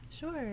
Sure